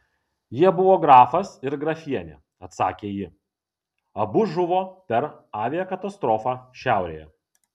jie buvo grafas ir grafienė atsakė ji abu žuvo per aviakatastrofą šiaurėje